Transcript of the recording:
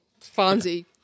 Fonzie